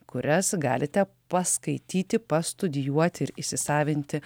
kurias galite paskaityti pastudijuoti ir įsisavinti